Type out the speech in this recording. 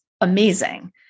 amazing